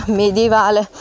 medievale